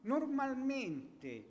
Normalmente